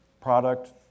product